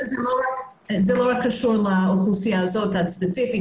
זה לא קשור לאוכלוסייה הספציפית הזאת,